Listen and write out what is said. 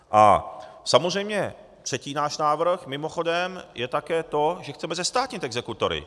A samozřejmě třetí náš návrh mimochodem je také to, že chceme zestátnit exekutory.